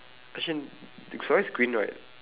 actually the stories is green right